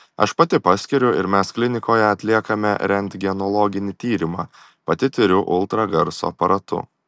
aš pati paskiriu ir mes klinikoje atliekame rentgenologinį tyrimą pati tiriu ultragarso aparatu